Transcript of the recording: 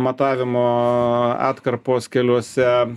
matavimo atkarpos keliuose